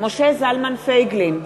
משה זלמן פייגלין,